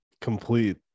complete